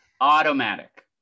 Automatic